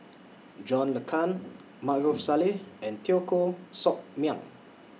John Le Cain Maarof Salleh and Teo Koh Sock Miang